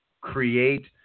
create